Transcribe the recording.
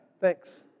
Thanks